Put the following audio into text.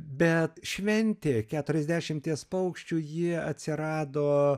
bet šventė keturiasdešimties paukščių ji atsirado